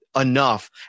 enough